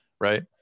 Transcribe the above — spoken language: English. Right